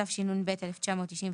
התשנ"ב-1992,